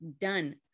done